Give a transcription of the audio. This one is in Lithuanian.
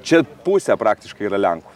čia pusę praktiškai yra lenkų